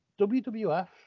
WWF